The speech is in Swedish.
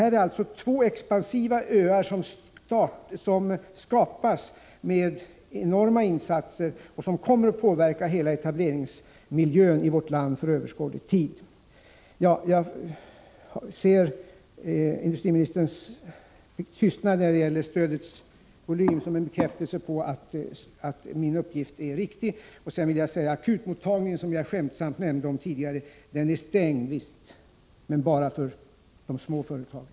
Det är alltså två expansiva öar som skapas med enorma insatser och som kommer att påverka hela etableringsmiljön i vårt land för överskådlig tid. Jag ser industriministerns tystnad när det gäller stödets volym som en bekräftelse på att min uppgift är riktig. Akutmottagningen, som jag tidigare skämtsamt nämnde, är stängd — men bara för de små företagen.